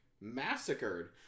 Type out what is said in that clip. massacred